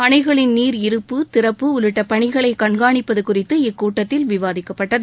அணைகளின் நீர் இருப்பு திறப்பு உள்ளிட்ட பணிகளை கண்காணிப்பது குறித்து இக்கூட்டத்தில் விவாதிக்கப்பட்டது